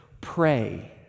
pray